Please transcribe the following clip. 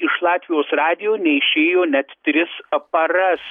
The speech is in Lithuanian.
iš latvijos radijo neišėjo net tris paras